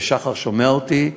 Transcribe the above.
ושחר שומע אותי,